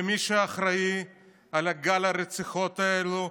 ומי שאחראי על גל הרציחות האלו,